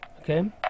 okay